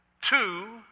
Two